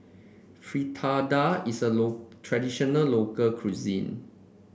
Fritada is a traditional local cuisine